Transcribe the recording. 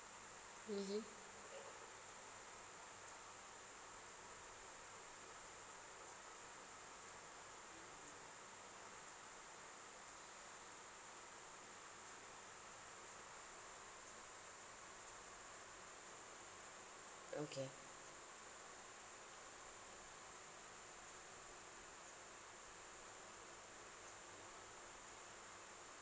mmhmm okay